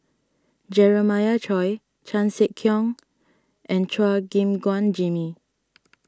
Jeremiah Choy Chan Sek Keong and Chua Gim Guan Jimmy